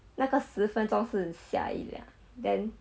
那个十分钟是下雨啊 then